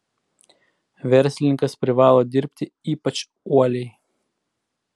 verslininkas privalo dirbti ypač uoliai